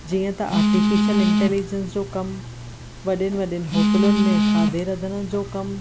जीअं त artificial intelligence जो कमु वॾे वॾे होटलुनि में खाधे रधण जो कमु